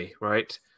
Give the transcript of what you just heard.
right